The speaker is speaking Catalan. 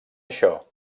això